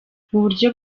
muburyo